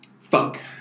fuck